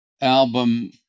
album